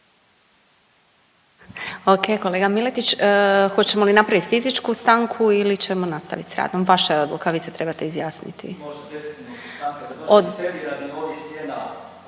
Ok kolega Miletić, hoćemo li napraviti fizičku stanku ili ćemo nastavit s radom, vaša je odluka, vi se trebate izjasniti. …/Upadica iz klupe se ne razumije./…